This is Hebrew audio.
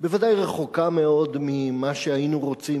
בוודאי רחוקה מאוד ממה שהיינו רוצים